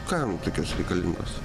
kam kokios reikalingos